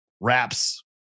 wraps